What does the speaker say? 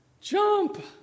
Jump